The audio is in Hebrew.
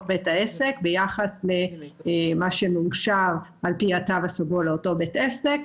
בית העסק ביחס למה שמאושר על פי התו הסגול לבית העסק.